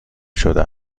شده